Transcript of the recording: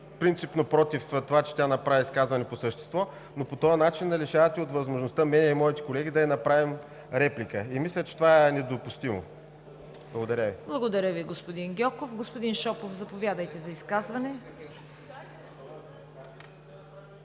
принципно против това, че тя направи изказване по същество, но по този начин лишавате от възможността мен и моите колеги да ѝ направим реплика. Мисля, че това е недопустимо. ПРЕДСЕДАТЕЛ ЦВЕТА КАРАЯНЧЕВА: Благодаря Ви, господин Гьоков. Господин Шопов, заповядайте за изказване.